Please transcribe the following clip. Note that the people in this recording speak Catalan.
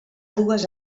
dues